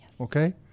Okay